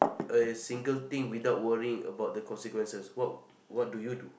a single thing without worrying about the consequences what what do you do